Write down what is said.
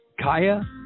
Kaya